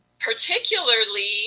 particularly